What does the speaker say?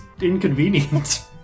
inconvenient